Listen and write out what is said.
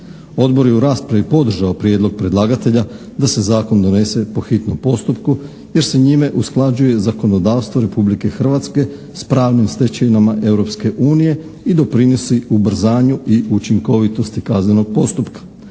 Odbor je u raspravi podržao prijedlog predlagatelja da se zakon donese po hitnom postupku, jer se njime usklađuje zakonodavstvo Republike Hrvatske s pravnim stečevinama Europske unije i doprinosi ubrzanju i učinkovitosti kaznenog postupka.